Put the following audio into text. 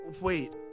wait